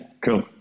cool